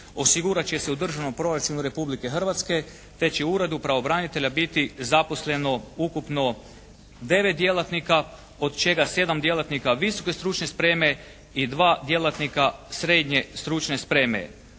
osigurat će se u državnom proračunu Republike Hrvatske te će u Uredu pravobranitelja biti zaposleno ukupno 9 djelatnika, od čega 7 djelatnika visoke stručne spreme i 2 djelatnika srednje stručne spreme.